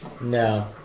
No